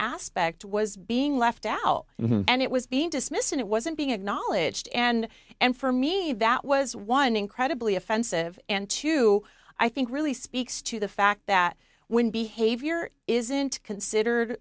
aspect was being left out and it was being dismissed and it wasn't being acknowledged and and for me that was one incredibly offensive and two i think really speaks to the fact that when behavior isn't considered